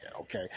okay